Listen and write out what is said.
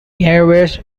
airways